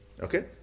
Okay